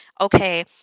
okay